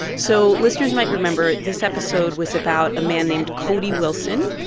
so listeners might remember this episode was about a man named cody wilson.